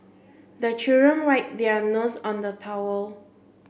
the children wipe their noses on the towel